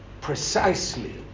precisely